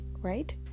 right